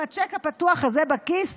עם הצ'ק הפתוח הזה בכיס,